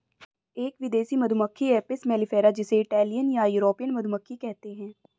एक विदेशी मधुमक्खी एपिस मेलिफेरा जिसे इटालियन या यूरोपियन मधुमक्खी कहते है